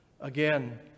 Again